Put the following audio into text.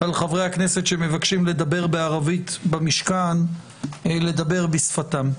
על חברי הכנסת שמבקשים לדבר בערבית במשכן לדבר בשפתם.